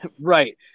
right